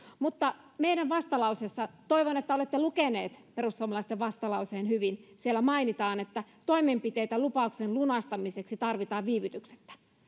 mutta meidän vastalauseessamme toivon että olette lukeneet perussuomalaisten vastalauseen hyvin mainitaan että toimenpiteitä lupauksen lunastamiseksi tarvitaan viivytyksettä